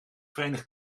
verenigd